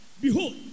Behold